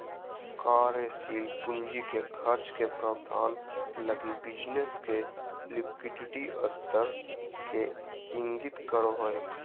कार्यशील पूंजी के खर्चा के प्रबंधन लगी बिज़नेस के लिक्विडिटी स्तर के इंगित करो हइ